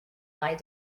lied